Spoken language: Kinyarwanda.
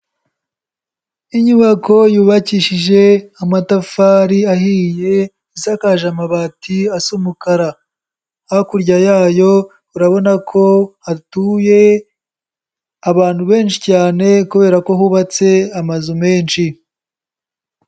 Inyubako yubakishije amatafari ahiye, isakaje amabati asa umukara, hakurya yayo urabona ko hatuye abantu benshi cyane kubera ko hubatse amazu menshi.